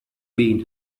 been